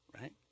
Right